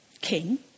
King